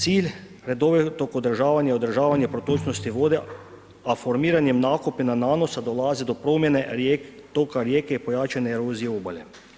Cilj redovitog održavanja i održavanja protočnosti voda a formiranje nakupina nanosa dolazi do promjene toka rijeke i pojačane erozije obale.